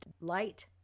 light